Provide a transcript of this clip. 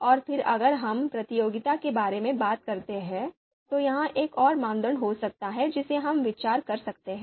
और फिर अगर हम प्रतियोगिता के बारे में बात करते हैं तो यह एक और मानदंड हो सकता है जिसे हम विचार कर सकते हैं